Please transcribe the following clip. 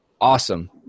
awesome